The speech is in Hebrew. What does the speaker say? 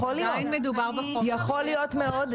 כי עדיין מדובר --- יכול להיות מאוד,